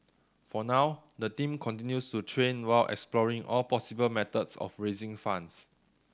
for now the team continues to train while exploring all possible methods of raising funds